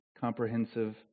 comprehensive